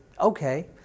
okay